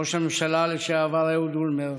ראש הממשלה לשעבר אהוד אולמרט,